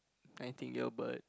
I think Albert